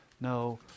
no